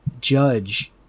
judge